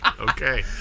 Okay